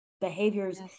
behaviors